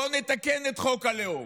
בואו נתקן את חוק הלאום.